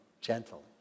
gentle